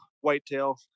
whitetail